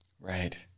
Right